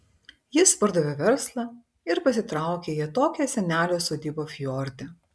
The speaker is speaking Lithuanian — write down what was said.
jis pardavė verslą ir pasitraukė į atokią senelio sodybą fjorde